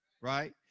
right